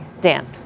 Dan